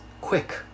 Quick